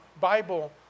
Bible